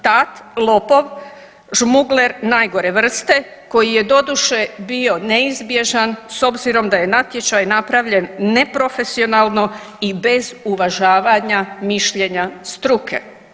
Tat, lopov, žmugler najgore vrste koji je doduše bio neizbježan s obzirom da je natječaj napravljen neprofesionalno i bez uvažavanja mišljenja struke.